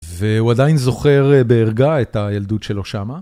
והוא עדיין זוכר בערגה את הילדות שלו שמה.